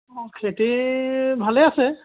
অঁ খেতি ভালেই আছে